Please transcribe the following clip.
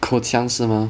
口腔是吗